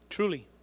Truly